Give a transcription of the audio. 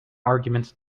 argument